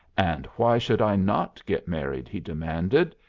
and why should i not get married? he demanded.